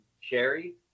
Sherry